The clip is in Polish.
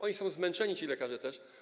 Oni są zmęczeni, ci lekarze, też.